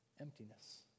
emptiness